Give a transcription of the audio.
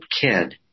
kid